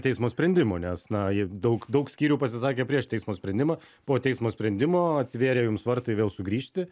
teismo sprendimo nes na ji daug daug skyrių pasisakė prieš teismo sprendimą po teismo sprendimo atsivėrė jums vartai vėl sugrįžti